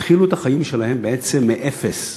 התחילו את החיים שלהם בעצם מאפס,